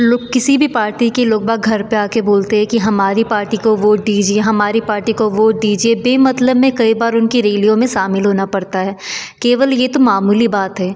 लोग किसी भी पार्टी के लोग बाग घर पर आकर बोलते हैं कि हमारे पार्टी को भोट दीजिए हमारी पार्टी को वोट दीजिए दे मतलब नहीं कई बार उनके रैलियों में होना पड़ता है केवल यह तो मामूली बात है